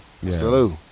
Salute